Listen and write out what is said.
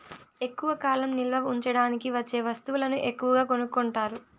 ఎక్కువ కాలం నిల్వ ఉంచడానికి వచ్చే వస్తువులను ఎక్కువగా కొనుక్కుంటారు